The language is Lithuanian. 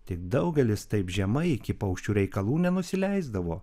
tik daugelis taip žemai iki paukščių reikalų nenusileisdavo